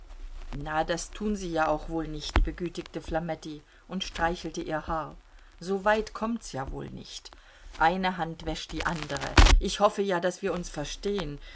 na das tun sie ja auch wohl nicht begütigte flametti und streichelte ihr haar so weit kommt's ja wohl nicht eine hand wäscht die andere ich hoffe ja daß wir uns verstehen